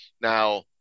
Now